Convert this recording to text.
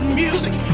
music